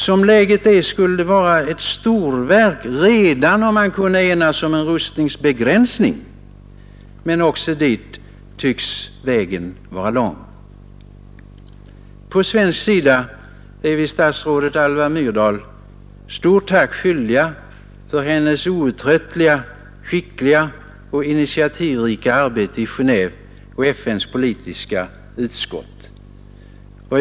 Som läget är skulle det vara ett storverk redan om man kunde enas om en rustningsbegränsning. Men också dit tycks vägen vara lång. På svensk sida är vi statsrådet Alva Myrdal tack skyldiga för hennes outtröttliga, skickliga och initiativrika arbete i Genéve och i FN:s politiska utskott.